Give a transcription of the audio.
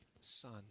son